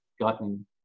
gotten